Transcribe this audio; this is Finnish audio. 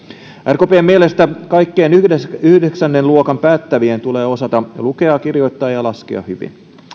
rkpn mielestä kaikkien yhdeksännen luokan päättävien tulee osata lukea kirjoittaa ja laskea hyvin